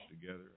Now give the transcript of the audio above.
together